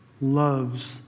loves